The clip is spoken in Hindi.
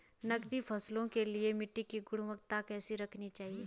नकदी फसलों के लिए मिट्टी की गुणवत्ता कैसी रखनी चाहिए?